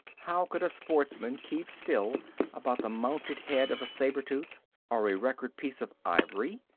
how could a sportsman keep still about the mounted head of a saber-tooth or a record piece of ivory?